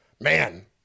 man